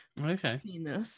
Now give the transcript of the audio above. okay